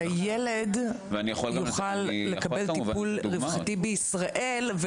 הילד יוכל לקבל טיפול רווחתי בישראלי,